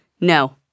No